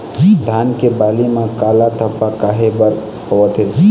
धान के बाली म काला धब्बा काहे बर होवथे?